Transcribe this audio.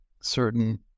certain